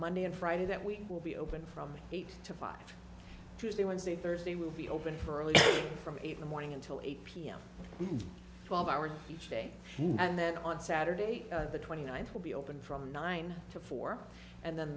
monday and friday that we will be open from eight to five tuesday wednesday thursday will be open for early from the morning until eight p m twelve hours each day and then on saturday the twenty ninth will be open from nine to four and then